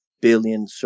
billion